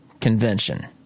convention